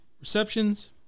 receptions